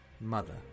Mother